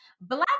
Black